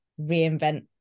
reinvent